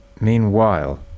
meanwhile